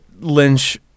Lynch